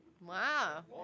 Wow